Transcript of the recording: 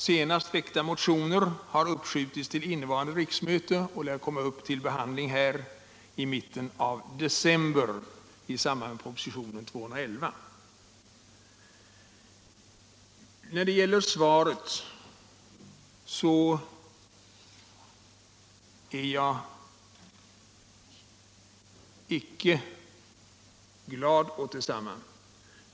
Senast väckta motioner i ärendet har uppskjutits till innevarande riksmöte och lär komma upp till behandling här i mitten av december i samband med propositionen 211. När det gäller svaret är jag icke glad åt det.